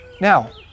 Now